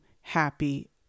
happy